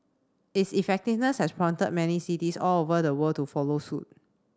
its effectiveness has prompted many cities all over the world to follow suit